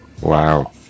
Wow